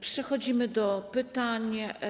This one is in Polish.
Przechodzimy do pytań.